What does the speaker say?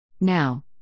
Now